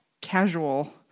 casual